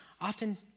often